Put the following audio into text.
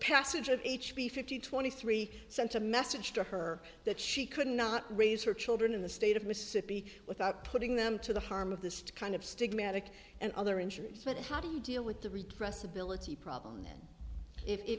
passage of h b fifty twenty three sent a message to her that she could not raise her children in the state of mississippi without putting them to the harm of this kind of stigmatic and other injuries but how do you deal with the redress ability problem then if